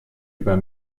über